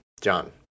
John